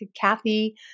Kathy